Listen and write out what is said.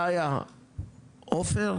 גאיה עופר